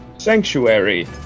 sanctuary